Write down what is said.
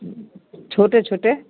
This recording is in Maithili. छोटे छोटे